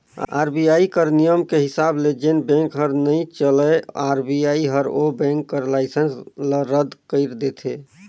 RBI कर नियम के हिसाब ले जेन बेंक हर नइ चलय आर.बी.आई हर ओ बेंक कर लाइसेंस ल रद कइर देथे